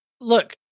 Look